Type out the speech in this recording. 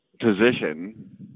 position